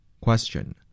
Question